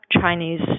Chinese